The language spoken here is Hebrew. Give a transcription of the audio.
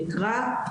מקרא,